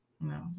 no